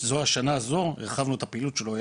השנה הזו הרחבנו את הפעילות שלו,